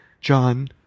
John